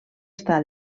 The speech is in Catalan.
està